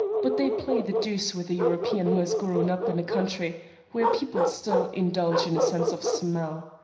but they play the deuce with a european who has grown up in a country where people still indulge in a sense of smell.